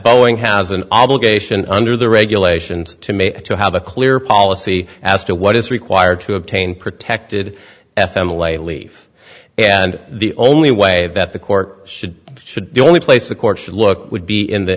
boeing has an obligation under the regulations to make to have a clear policy as to what is required to obtain protected f m away leave and the only way that the court should should the only place the court should look would be in the